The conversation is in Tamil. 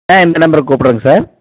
ஆ இந்த நம்பருக்கு கூப்பிடுங்க சார்